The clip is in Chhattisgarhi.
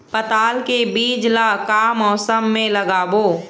पताल के बीज ला का मौसम मे लगाबो?